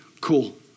cool